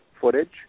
footage